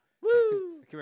Woo